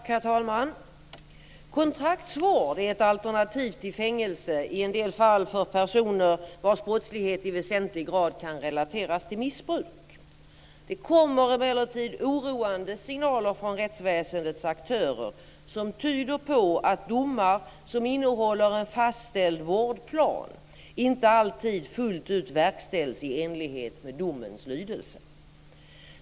Herr talman! Kontraktsvård är ett alternativ till fängelse i en del fall för personer vars brottslighet i väsentlig grad kan relateras till missbruk. Det kommer emellertid oroande signaler från rättsväsendets aktörer som tyder på att domar som innehåller en fastställd vårdplan inte alltid fullt ut verkställs i enlighet med domens lydelse.